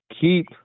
keep